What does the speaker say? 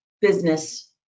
business